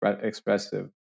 expressive